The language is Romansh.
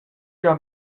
gia